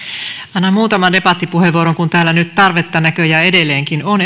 annan muutaman debattipuheenvuoron kun täällä nyt tarvetta näköjään edelleenkin on